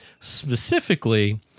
specifically